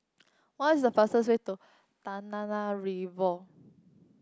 what the fastest way to